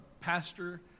pastor